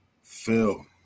Phil